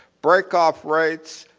breakoff rates,